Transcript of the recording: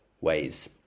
ways